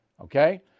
Okay